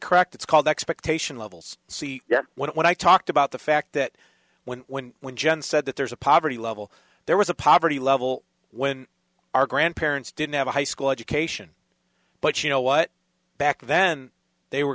correct it's called expectation levels see what i talked about the fact that when when when jen said that there's a poverty level there was a poverty level when our grandparents didn't have a high school education but you know what back then they were